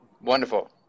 Wonderful